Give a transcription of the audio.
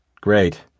Great